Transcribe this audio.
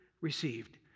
received